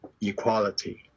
equality